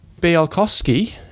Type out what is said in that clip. Bielkowski